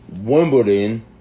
wimbledon